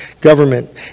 government